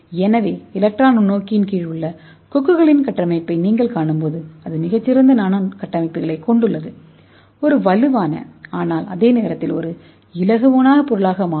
எனவே எலக்ட்ரான் நுண்ணோக்கின் கீழ் உள்ள கொக்குகளின் கட்டமைப்பை நீங்கள் காணும்போது அது மிகச் சிறந்த நானோ கட்டமைப்புகளைக் கொண்டுள்ளது இது ஒரு வலுவான ஆனால் அதே நேரத்தில் ஒரு இலகுவான பொருளாக மாறும்